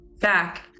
back